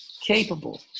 capable